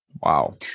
wow